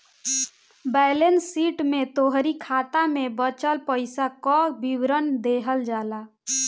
balance sheet में तोहरी खाता में बचल पईसा कअ विवरण देहल जाला